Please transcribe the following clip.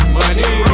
money